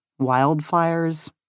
wildfires